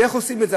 איך עושים את זה?